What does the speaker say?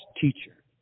teacher